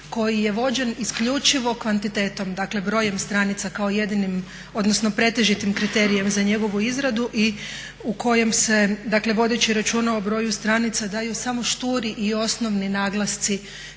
koji je vođen isključivo kvantitetom, dakle brojem stranica kao jedinim, odnosno pretežitim kriterijem za njegovu izradu i u kojem se dakle vodeći računa o broju stranica daju samo šturi i osnovni naglasci